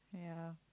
ya